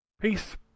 Peace